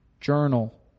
journal